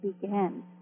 began